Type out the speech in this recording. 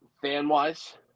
fan-wise